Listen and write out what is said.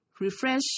refresh